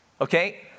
Okay